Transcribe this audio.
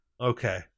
Okay